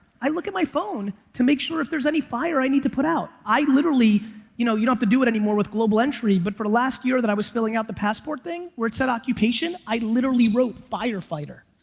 i look at my phone to make sure if there's any fire i need to put out. i literally you know you'd have to do it anymore with global entry, but for the last year that i was filling out the passport thing where it said occupation, i literally wrote firefighter,